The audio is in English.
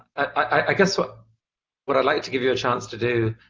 i guess what what i'd like to give you a chance to do,